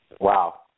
Wow